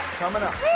coming up.